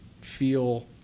feel